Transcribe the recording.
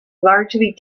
largely